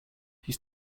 his